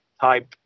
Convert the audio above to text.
type